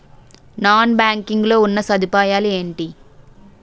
Non banking లో ఉన్నా సదుపాయాలు ఎంటి?